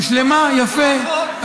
הושלמה, יפה.